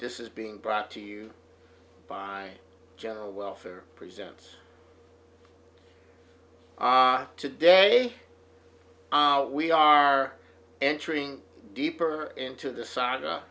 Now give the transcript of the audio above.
this is being brought to you by general welfare presents today we are entering deeper into the saga